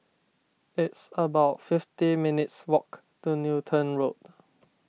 it's about fifty minutes' walk to Newton Road